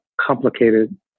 complicated